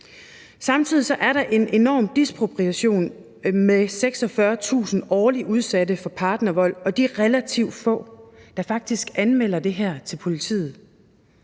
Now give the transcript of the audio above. samtidig en enorm disproportion mellem 46.000 årligt udsatte for partnervold og de relativt få, der faktisk anmelder det til politiet.